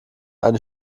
eine